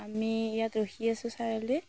আমি ইয়াত ৰখি আছোঁ চাৰিআলিত